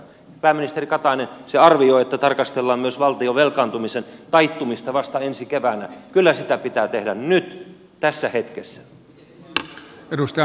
pääministeri katainen se arvio että tarkastellaan myös valtion velkaantumisen taittumista vasta ensi keväänä kyllä sitä pitää tehdä nyt tässä hetkessä